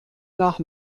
nach